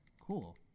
Cool